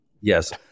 Yes